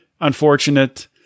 unfortunate